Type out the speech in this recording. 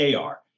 AR